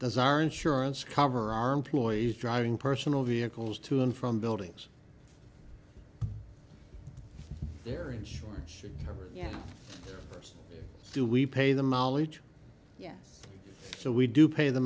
does our insurance cover our employees driving personal vehicles to and from buildings their insurance or yeah us do we pay the mileage yes so we do pay the